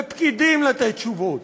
ופקידים לתת תשובות,